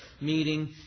meeting